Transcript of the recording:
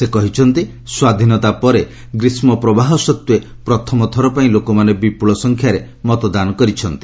ସେ ଆହୁରି କହିଛନ୍ତି ସ୍ୱାଧୀନତା ପରେ ଗ୍ରୀଷ୍ମ ପ୍ରବାହ ସତ୍ତ୍ୱେ ପ୍ରଥମ ଥରପାଇଁ ଲୋକମାନେ ବିପୁଳ ସଂଖ୍ୟାରେ ମତଦାନ କରିଛନ୍ତି